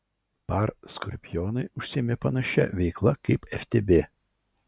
par skorpionai užsiėmė panašia veikla kaip ftb